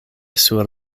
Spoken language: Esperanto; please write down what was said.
sur